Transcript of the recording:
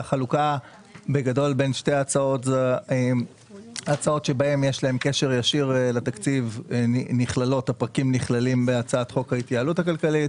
הפרקים שיש להם קשר ישיר לתקציב נכללים בהצעת חוק ההתייעלות הכלכלית,